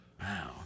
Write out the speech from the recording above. Wow